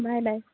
bye bye